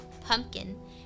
pumpkin